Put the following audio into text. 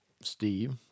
Steve